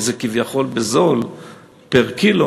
כי זה כביכול בזול פר-קילו,